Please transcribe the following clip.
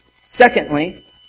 Secondly